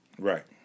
right